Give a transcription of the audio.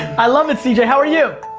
i love it, cj. how are you?